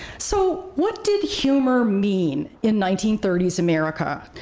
so, what did humor mean in nineteen thirty s america?